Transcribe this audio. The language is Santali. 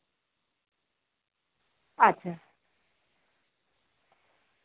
ᱟᱪᱪᱷᱟ